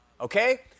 Okay